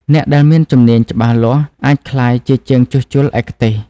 អ្នកដែលមានជំនាញច្បាស់លាស់អាចក្លាយជាជាងជួសជុលឯកទេស។